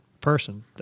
person